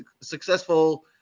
successful